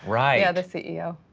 right. yeah, the ceo.